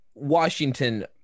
Washington